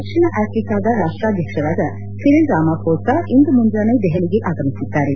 ದಕ್ಷಿಣ ಆಫ್ರಿಕಾದ ರಾಷ್ಟ್ರಾಧ್ಯಕ್ಷರಾದ Cyril Ramaphosa ಇಂದು ಮುಂಜಾನೆ ದೆಹಲಿಗೆ ಆಗಮಿಸಿದ್ದಾರೆ